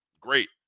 great